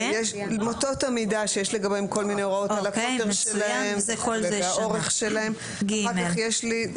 6(ב)(2) ו-9(א)(5) לעניין לול שערב יום התחילה לא היה בו